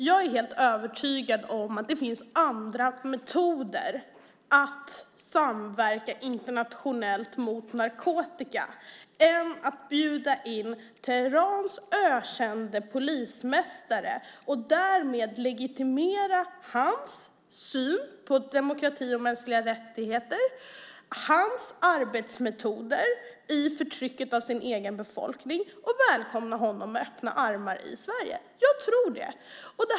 Jag är helt övertygad om att det finns andra metoder att samverka internationellt mot narkotika än att bjuda in Teherans ökände polismästare, och därmed legitimera hans syn på demokrati och mänskliga rättigheter och hans arbetsmetoder i förtrycket av den egna befolkningen, och välkomna honom med öppna armar i Sverige. Jag tror det.